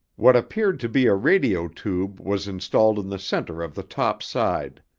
what appeared to be a radio tube was installed in the center of the top side.